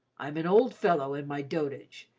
i'm an old fellow in my dotage,